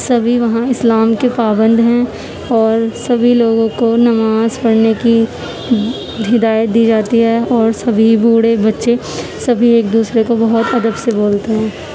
سبھی وہاں اسلام کے پابند ہیں اور سبھی لوگوں کو نماز پڑھنے کی ہدایت دی جاتی ہے اور سبھی بوڑھے بچے سبھی ایک دوسرے کو بہت ادب سے بولتے ہیں